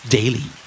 Daily